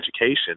education